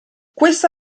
questa